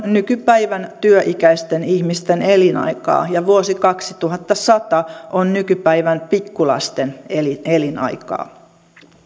nykypäivän työikäisten ihmisten elinaikaa ja vuosi kaksituhattasata on nykypäivän pikkulasten elinaikaa